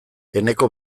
eneko